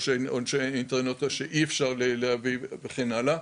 שאין אינטרנט או שאי אפשר להביא וכן הלאה,